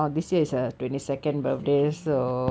ya twenty second